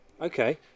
Okay